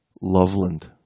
Loveland